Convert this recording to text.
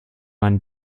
man